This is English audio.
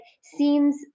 seems